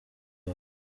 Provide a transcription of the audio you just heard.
wawe